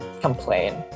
complain